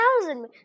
thousand